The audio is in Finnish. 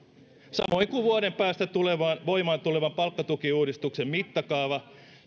samoin kuin vuoden päästä voimaan tulevan palkkatukiuudistuksen mittakaava